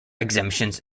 exemptions